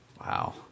wow